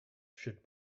should